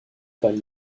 beim